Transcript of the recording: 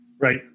Right